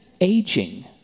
aging